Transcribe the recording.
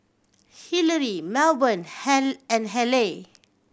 Hillery Melbourne and Haleigh